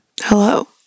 Hello